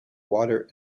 water